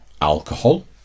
Alcohol